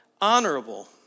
honorable